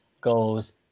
goes